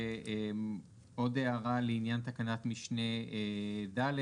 ועוד הערה לעניין תקנת משנה ד',